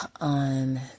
on